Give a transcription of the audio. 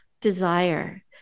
desire